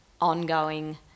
ongoing